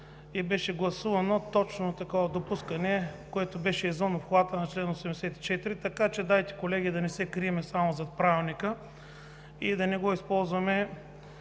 и беше гласувано точно такова допускане, което беше извън обхвата на чл. 84. Така че, колеги, нека не се крием само зад Правилника и да не го използваме